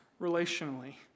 relationally